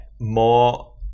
more